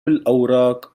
الأوراق